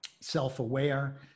self-aware